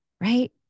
Right